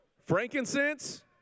Frankincense